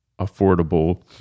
affordable